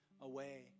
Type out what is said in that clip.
away